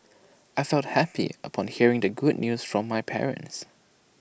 I felt happy upon hearing the good news from my parents